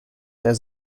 there